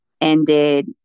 ended